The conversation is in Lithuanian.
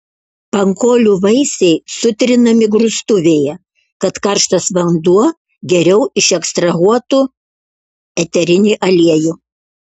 pankolių vaisiai sutrinami grūstuvėje kad karštas vanduo geriau išekstrahuotų eterinį aliejų